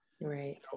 Right